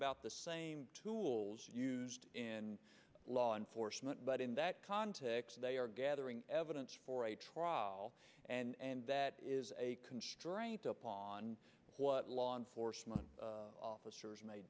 about the same tools used in law enforcement but in that context they are gathering evidence for a trial and that is a constraint up on what law enforcement officers ma